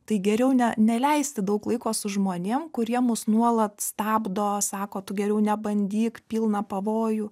tai geriau ne neleisti daug laiko su žmonėm kurie mus nuolat stabdo sako tu geriau nebandyk pilna pavojų